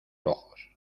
ojos